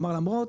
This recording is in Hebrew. כלומר למרות